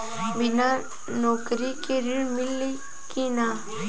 बिना नौकरी के ऋण मिली कि ना?